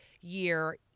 year